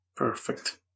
Perfect